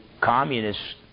communists